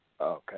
Okay